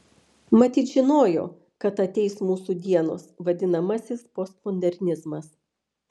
matyt žinojo kad ateis mūsų dienos vadinamasis postmodernizmas